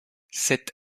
cet